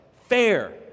fair